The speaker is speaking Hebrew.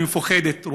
היא מפוחדת,